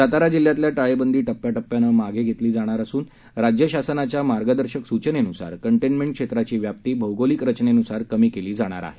सातारा जिल्ह्यातील टाळेबंदी टप्प्याटप्प्याने मागं घेण्यात येणार असून राज्य शासनाच्या मार्गदर्शक सुचनेनुसार कंटेन्मेंट क्षेत्रांची व्याप्ती भौगोलिक रचनेनुसार कमी करण्यात येणार आहे